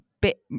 bit